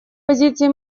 позиции